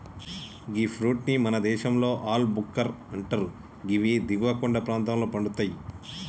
గీ fruit ని మన దేశంలో ఆల్ భుక్కర్ అంటరు గివి దిగువ కొండ ప్రాంతంలో పండుతయి